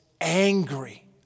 angry